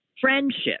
friendship